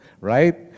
right